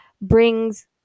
brings